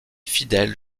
fidèles